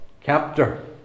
captor